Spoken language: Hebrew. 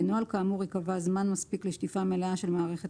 בנוהל כאמור ייקבע זמן מספיק לשטיפה מלאה של מערכת